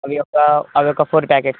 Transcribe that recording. అవి ఒక అవి ఒక ఫోర్ ప్యాకెట్స్